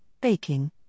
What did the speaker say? baking